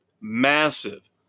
Massive